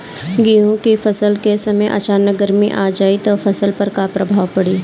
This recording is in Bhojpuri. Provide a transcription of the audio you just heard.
गेहुँ के फसल के समय अचानक गर्मी आ जाई त फसल पर का प्रभाव पड़ी?